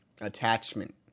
Attachment